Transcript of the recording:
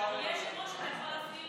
יכול להפעיל מחדש?